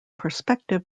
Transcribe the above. perspective